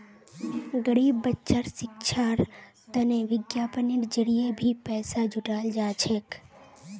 गरीब बच्चार शिक्षार तने विज्ञापनेर जरिये भी पैसा जुटाल जा छेक